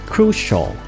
Crucial